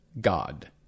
God